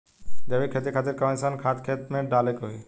जैविक खेती खातिर कैसन खाद खेत मे डाले के होई?